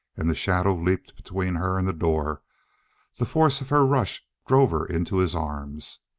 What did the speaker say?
and the shadow leaped between her and the door the force of her rush drove her into his arms.